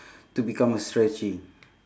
to become a stretchy